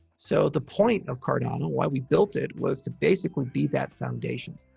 so the point of cardano, why we built it, was to basically be that foundation.